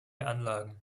anlagen